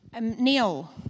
Neil